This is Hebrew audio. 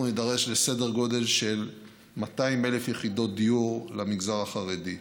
נידרש לסדר גודל של 200,000 יחידות דיור למגזר החרדי.